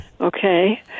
Okay